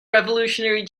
revolutionary